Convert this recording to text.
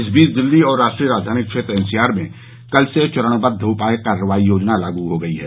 इस बीच दिल्ली और राष्ट्रीय राजधानी क्षेत्र एनसीआर में कल से चरणबद्व उपाय कार्रवाई योजना लागू हो गई है